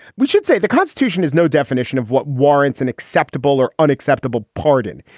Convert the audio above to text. we should say the constitution has no definition of what warrants an acceptable or unacceptable pardon.